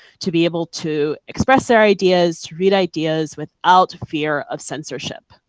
to be able to express their ideas, read ideas without fear of censorship.